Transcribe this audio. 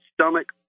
stomach